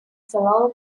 fellow